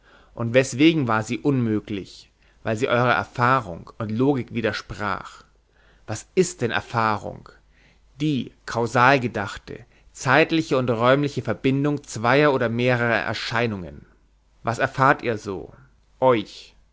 und weswegen war sie unmöglich weil sie eurer erfahrung und logik widersprach und was ist denn erfahrung die kausal gedachte zeitliche und räumliche verbindung zweier oder mehrerer erscheinungen was erfahrt ihr so euch